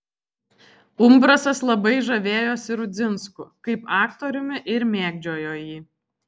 umbrasas labai žavėjosi rudzinsku kaip aktoriumi ir mėgdžiojo jį